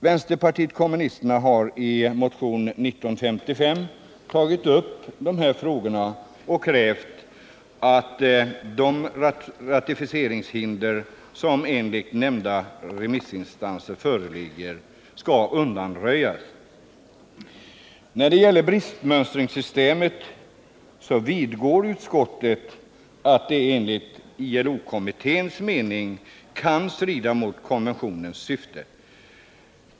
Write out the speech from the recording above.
Vänsterpartiet kommunisterna har i motionen 1955 tagit upp dessa frågor och krävt att de ratificeringshinder som enligt nämnda remissinstanser föreligger undanröjs. När det gäller bristmönstringssystemet vidgår utskottet att det enligt ILO kommitténs mening kan strida mot konventionens syfte.